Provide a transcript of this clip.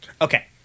Okay